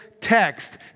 text